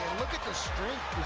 look at the strength.